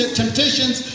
temptations